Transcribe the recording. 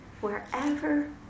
Wherever